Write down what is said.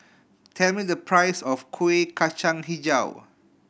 tell me the price of Kuih Kacang Hijau